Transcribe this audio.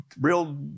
Real